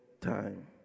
time